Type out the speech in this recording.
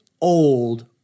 old